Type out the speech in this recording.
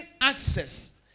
access